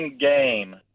game